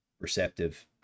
receptive